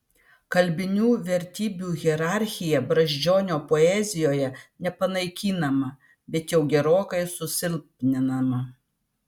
kalbinių vertybių hierarchija brazdžionio poezijoje nepanaikinama bet jau gerokai susilpninama